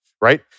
right